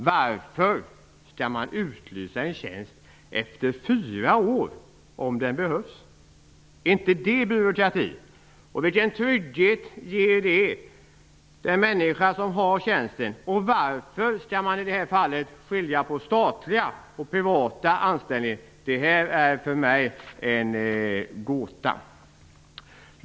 Varför skall man utlysa en tjänst efter fyra år om den behövs? Är inte detta byråkrati? Vilken trygghet ger det den människa som har tjänsten, och varför skall man i detta fall skilja på statlig och privat anställning? Det är för mig en gåta.